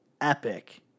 epic